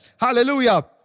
hallelujah